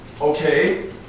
Okay